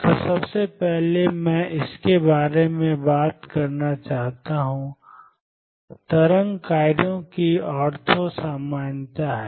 तो सबसे पहले मैं इसके बारे में बात करना चाहता हूं तरंग कार्यों की ऑर्थो सामान्यता है